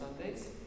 Sundays